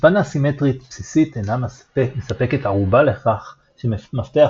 הצפנה סימטרית בסיסית אינה מספקת ערובה לכך שמפתח